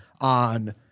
on